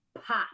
pop